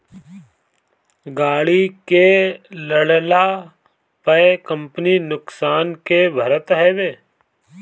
गाड़ी के लड़ला पअ कंपनी नुकसान के भरत हवे